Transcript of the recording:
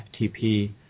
FTP